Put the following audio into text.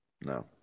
no